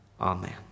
Amen